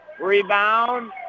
Rebound